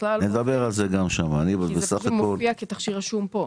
כי לפעמים זה מופיע כתכשיר רשום פה,